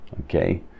Okay